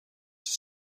have